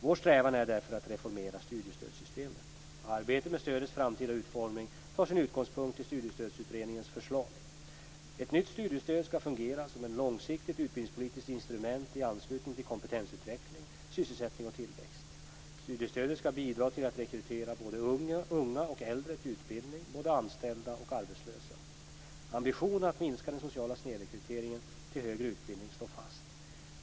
Vår strävan är därför att reformera studiestödssystemet. Arbetet med stödets framtida utformning tar sin utgångspunkt i Studiestödsutredningens förslag (SOU 1996:90 Ett nytt studiestöd skall fungera som ett långsiktigt utbildningspolitiskt instrument i anslutning till kompetensutveckling, sysselsättning och tillväxt. Studiestödet skall bidra till att rekrytera både unga och äldre till utbildning, både anställda och arbetslösa. Ambitionen att minska den sociala snedrekryteringen till högre utbildning står fast.